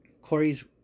Corey's